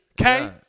okay